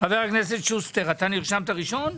חבר הכנסת שוסטר, אתה נרשמת ראשון?